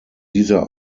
dieser